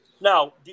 now